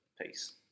Peace